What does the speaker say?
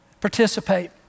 participate